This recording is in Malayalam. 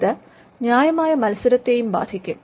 ഇത് ന്യായമായ മത്സരത്തെയും ബാധിക്കും